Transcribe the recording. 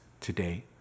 today